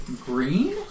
Green